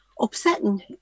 upsetting